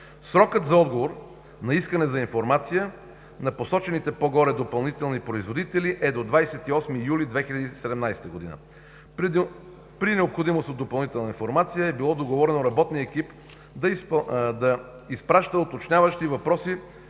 Срокът за отговор на „Искане за информация“ на посочените по-горе допълнителни производители е до 28 юли 2017 г. При необходимост от допълнителна информация е било договорено работният екип да изпраща уточняващи въпроси